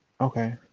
Okay